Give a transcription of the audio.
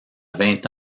vingt